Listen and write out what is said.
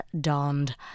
donned